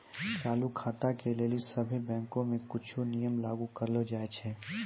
चालू खाता के लेली सभ्भे बैंको मे कुछो नियम लागू करलो जाय छै